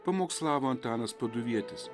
pamokslavo antanas paduvietis